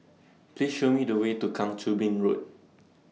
Please Show Me The Way to Kang Choo Bin Road